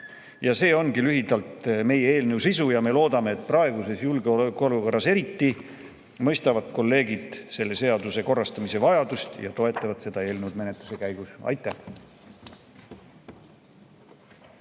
See ongi lühidalt meie eelnõu sisu ja me loodame, et eriti praeguses julgeolekuolukorras mõistavad kolleegid selle seaduse korrastamise vajadust ja toetavad seda eelnõu menetluse käigus. Aitäh!